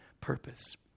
purpose